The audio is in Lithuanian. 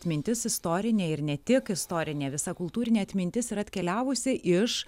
atmintis istorinė ir ne tik istorinė visa kultūrinė atmintis yra atkeliavusi iš